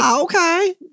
okay